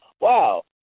wow